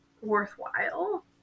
worthwhile